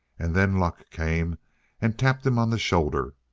and then luck came and tapped him on the shoulder.